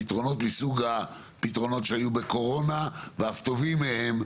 פתרונות מסוג הפתרונות שהיו בקורונה ואף טובים מהם,